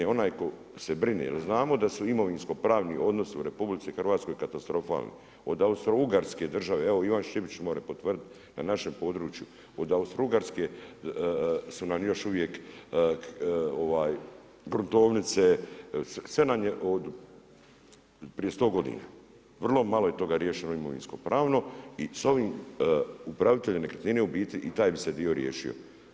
Onaj tko se brine jer znamo da su imovinsko-pravni odnosi u RH katastrofalni, od Austro-Ugarske države, evo Ivan Šipić može potvrditi, na našem području, od Austro-Ugarske su nam još uvijek gruntovnice, sve nam je prije 100 godina. vrlo malo je toga riješeno imovinsko-pravno i s ovim upraviteljem nekretnine i taj bi se dio riješio.